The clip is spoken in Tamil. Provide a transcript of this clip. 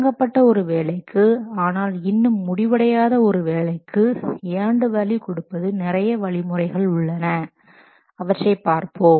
தொடங்கப்பட்ட ஒரு வேலைக்கு ஆனால் இன்னும் முடிவடையாத ஒரு வேலைக்கு ஏண்டு வேல்யூ கொடுப்பது நிறைய வழிமுறைகள் உள்ளன அவற்றை பார்ப்போம்